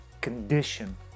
condition